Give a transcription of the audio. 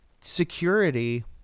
security